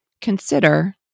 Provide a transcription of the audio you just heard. Consider